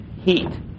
heat